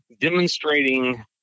demonstrating –